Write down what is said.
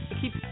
Keep